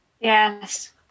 Yes